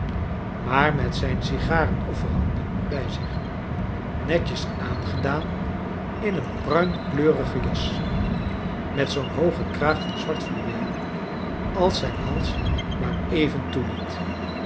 maar met zijn sigaren offerande bij zich netjes aangedaan in een pruimkleurige jas met zoom hoogen kraag van zwart fluweel als zijn hals maar even toeliet